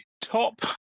top